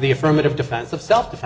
the affirmative defense of self defense